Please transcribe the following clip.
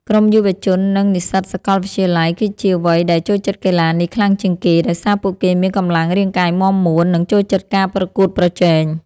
ក្រុមយុវជន និងនិស្សិតសាកលវិទ្យាល័យ គឺជាវ័យដែលចូលចិត្តកីឡានេះខ្លាំងជាងគេ ដោយសារពួកគេមានកម្លាំងរាងកាយមាំមួន និងចូលចិត្តការប្រកួតប្រជែង។